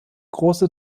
große